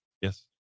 Yes